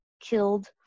killed